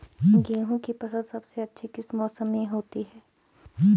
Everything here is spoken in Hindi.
गेहूँ की फसल सबसे अच्छी किस मौसम में होती है